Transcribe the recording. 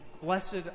Blessed